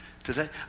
today